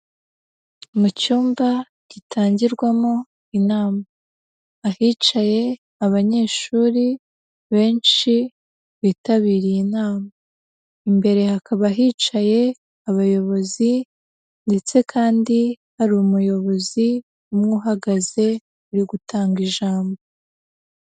Mu cyumba gitangirwamo inama, ahicaye abanyeshuri benshi bitabiriye inama, imbere hakaba hicaye abayobozi ndetse kandi hari umuyobozi umwe uhagaze uri gutanga ijambo.